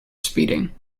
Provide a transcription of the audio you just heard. speeding